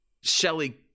Shelly